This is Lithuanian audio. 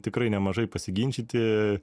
tikrai nemažai pasiginčyti